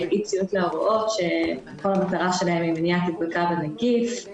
בהצעת חוק לתיקון ולקיום תוקפן של תקנות שעת חירום (נגיף הקורונה